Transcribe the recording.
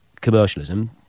commercialism